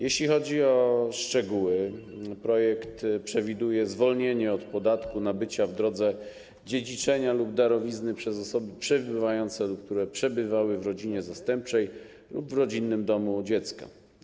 Jeśli chodzi o szczegóły, projekt przewiduje zwolnienie od podatku nabycia w drodze dziedziczenia lub darowizny przez osoby przebywające lub które przebywały w rodzinie zastępczej lub w rodzinnym domu dziecka.